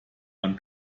man